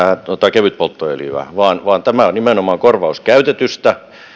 kevytpolttoöljyä vaan vaan tämä on nimenomaan korvaus käytetystä